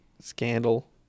scandal